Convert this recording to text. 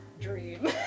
Dream